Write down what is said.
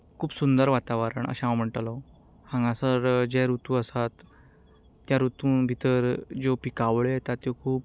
खूब सुंदर वातावरण अशें हांव म्हणटलों हांगासर जे रुतू आसात त्या रुतू भितर येवपी पिकावळ्यो येतात त्यो खूब